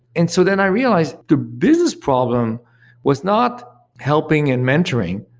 and so then i realized, the business problem was not helping and mentoring,